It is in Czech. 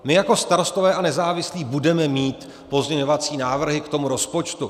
My jako Starostové a nezávislí budeme mít pozměňovací návrhy k tomu rozpočtu.